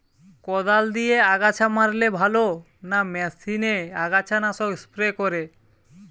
কদাল দিয়ে আগাছা মারলে ভালো না মেশিনে আগাছা নাশক স্প্রে করে?